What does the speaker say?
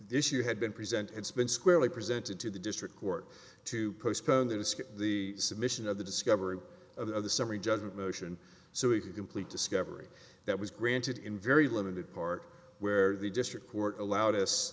issue had been present it's been squarely presented to the district court to postpone that was the submission of the discovery of the summary judgment motion so if you complete discovery that was granted in very limited park where the district court allowed